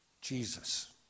Jesus